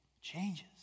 changes